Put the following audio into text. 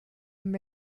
and